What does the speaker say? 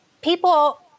people